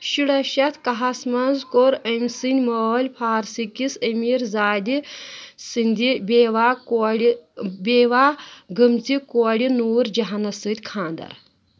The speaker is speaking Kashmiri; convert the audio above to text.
شُراہ شیٚتھ کاہَس منٛز کوٚر أمہِ سٕنٛدۍ مٲلۍ فارسہٕ كِس أمیٖر زادِ سٕنٛدِ بیواہ کورِ بیواہ گٲمژِ کورِ نوٗر جہانس سٕتۍ خانٛدر